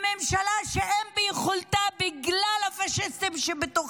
ממשלה שאין ביכולתה, בגלל הפשיסטים שבה,